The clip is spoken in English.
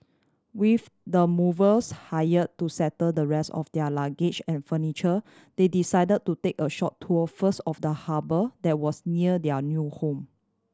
with the movers hire to settle the rest of their luggage and furniture they decide to take a short tour first of the harbour that was near their new home